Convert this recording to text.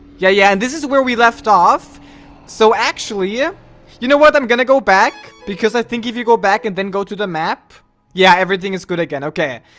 yeah, yeah, and this is where we left off so actually yeah you know what i'm gonna. go back because i think if you go back and then go to the map yeah everything is good again. okay.